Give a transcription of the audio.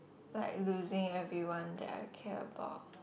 like losing everyone that I care about